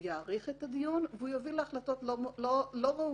הוא יאריך את הדיון והוא יביא להחלטות לא ראויות